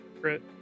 Crit